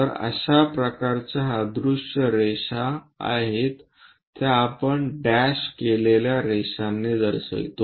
तर अशा प्रकारच्या अदृश्य रेषा आहेत त्या आपण डॅश केलेल्या रेषांनी दर्शवितो